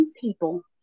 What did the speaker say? people